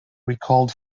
recalled